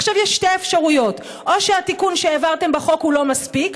עכשיו יש שתי אפשרויות: או שהתיקון שהעברתם בחוק אינו מספיק,